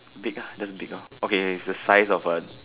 big ah just big hor okay K its the size of a